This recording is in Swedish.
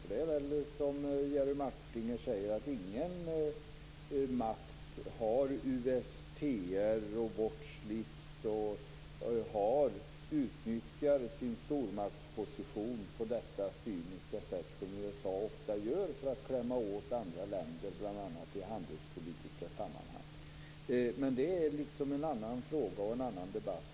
Det är väl så, som Jerry Martinger säger, att ingen makt har USTR och Watchlist och ingen utnyttjar sin stormaktsposition på det cyniska sätt som USA ofta gör för att klämma åt andra länder, bl.a. i handelspolitiska sammanhang. Men det är en annan fråga och en annan debatt.